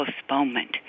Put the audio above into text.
postponement